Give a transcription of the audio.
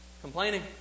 complaining